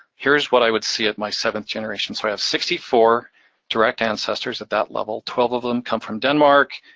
here's what i would see at my seventh generation. so i have sixty four direct ancestors at that level. twelve of them come from denmark,